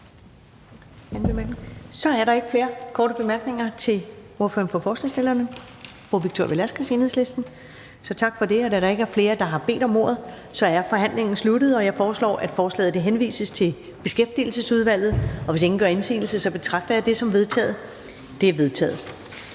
Så er der ikke flere korte bemærkninger til ordføreren for forslagsstillerne, fru Victoria Velasquez, Enhedslisten, så tak for det. Da der ikke er flere, der har bedt om ordet, er forhandlingen sluttet. Jeg foreslår, at forslaget henvises til Beskæftigelsesudvalget. Hvis ingen gør indsigelse, betragter jeg det som vedtaget. Det er vedtaget.